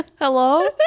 hello